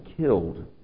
killed